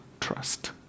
trust